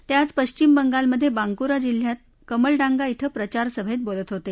ते आज पश्चिम बंगालमधे बांकुरा जिल्ह्यात कमलडांगा धिं प्रचारसभेत बोलत होते